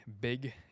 big